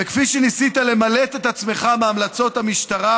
וכפי שניסית למלט את עצמך מהמלצות המשטרה